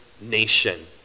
nation